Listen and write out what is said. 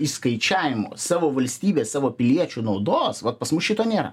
išskaičiavimų savo valstybės savo piliečių naudos vat pas mus šito nėra